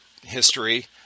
history